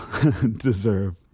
deserve